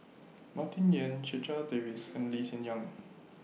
Martin Yan Checha Davies and Lee Hsien Yang